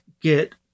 get